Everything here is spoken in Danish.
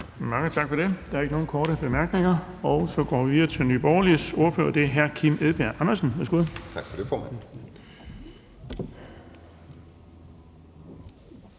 Tak for det. Der er ikke nogen korte bemærkninger. Så går vi videre til Nye Borgerliges ordfører, og det er hr. Kim Edberg Andersen. Værsgo. Kl. 10:29 (Ordfører)